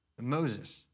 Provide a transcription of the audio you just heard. Moses